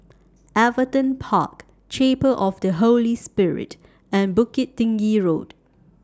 Everton Park Chapel of The Holy Spirit and Bukit Tinggi Road